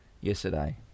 yesterday